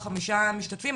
או חמישה משתתפים,